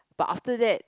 but after that